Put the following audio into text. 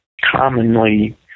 commonly